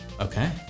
Okay